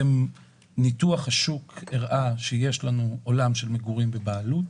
ניתוח השוק הראה שיש לנו עולם של מגורים בבעלות,